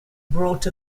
brought